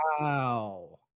Wow